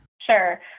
Sure